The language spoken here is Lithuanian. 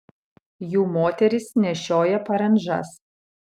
jų moterys nešioja parandžas